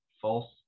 false